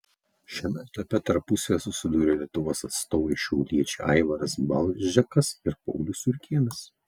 šiame etape tarpusavyje susidūrė lietuvos atstovai šiauliečiai aivaras balžekas ir paulius jurkėnas